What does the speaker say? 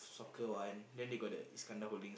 soccer one then they got the Iskandar holdings